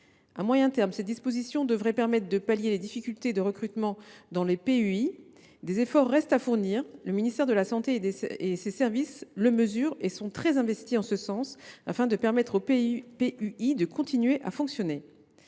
À moyen terme, ces dispositions devraient permettre de pallier les difficultés de recrutement dans les PUI. Des efforts restent à fournir. Le ministère de la santé et ses services le mesurent et sont très investis en ce sens, afin de permettre aux PUI de continuer à fonctionner.